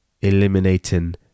eliminating